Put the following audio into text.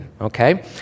okay